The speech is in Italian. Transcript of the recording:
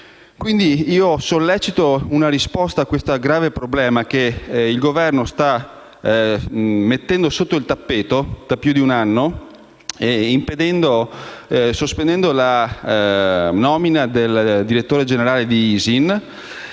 sollecito una risposta al grave problema che il Governo sta mettendo sotto il tappeto da più di un anno sospendendo la nomina del direttore generale di ISIN,